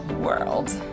world